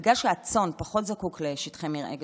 בגלל שהצאן פחות זקוק לשטחי מרעה גדולים,